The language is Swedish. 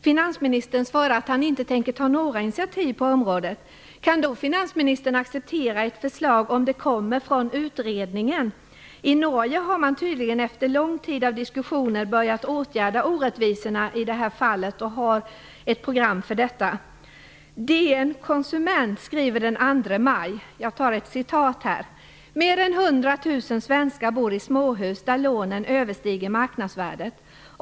Finansministern svarar att han inte tänker ta några initiativ på området. Kan finansministern då acceptera ett förslag om det kommer från utredningen? I Norge har man tydligen efter en lång tid av diskussioner börjat åtgärda orättvisorna i det här fallet. Man har ett program för detta. 100 000 svenska familjer bor i småhus där lånen överstiger marknadsvärdet.